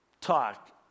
talk